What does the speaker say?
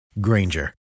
Granger